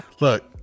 Look